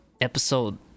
episode